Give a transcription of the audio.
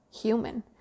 human